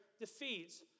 defeats